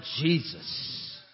Jesus